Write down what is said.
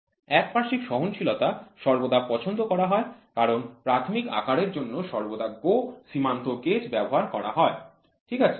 একপার্শ্বিক সহনশীলতা সর্বদা পছন্দ করা হয় কারণ প্রাথমিক আকারের জন্য সর্বদা GO সীমান্ত গেজ ব্যবহার করা হয় ঠিক আছে